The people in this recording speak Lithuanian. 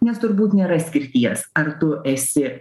nes turbūt nėra išskirties ar tu esi